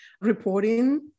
reporting